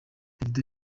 davido